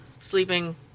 sleeping